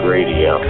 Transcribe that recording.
Radio